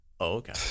Okay